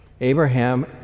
Abraham